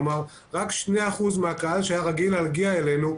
כלומר רק 2% מהקהל שהיה רגיל להגיע אלינו,